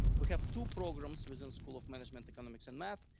we have two programs within school of management, economics and math.